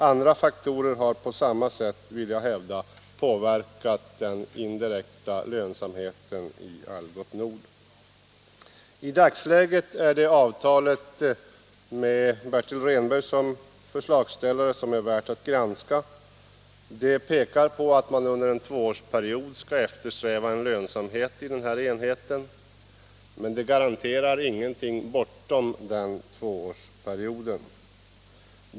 Andra faktorer har på samma sätt, vill jag hävda, påverkat lönsamheten i Algots Nord. I dagsläget är det avtalet med Bertil Rehnberg som förslagsställare som är värt att granska. Det innebär att man under en tvåårsperiod skall eftersträva lönsamhet i denna enhet, men det garanterar ingenting efter den tvåårsperioden.